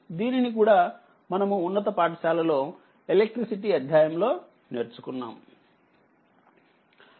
దీనిని కూడా మనముఉన్నత పాఠశాలలో ఎలక్ట్రిసిటీ అధ్యాయం లో నేర్చుకున్నాము